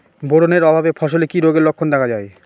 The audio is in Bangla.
বোরন এর অভাবে ফসলে কি রোগের লক্ষণ দেখা যায়?